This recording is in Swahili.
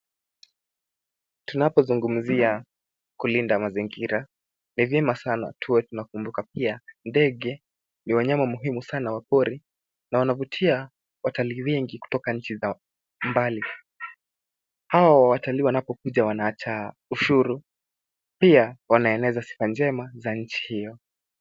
Tunapozungumzia kulinda mazingira, ni vyema sana tuwe tunakumbuka pia, ndege ni wanyama muhimu sana wa pori na wanavutia watalii wengi kutoka nchi zao mbali. Hao watalii wanapokuja wanaacha ushuru, pia wanaeneza sifa njema za nchi hiyo.